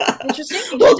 Interesting